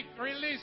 release